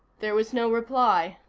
there was no reply,